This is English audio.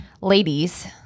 ladies